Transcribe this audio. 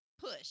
push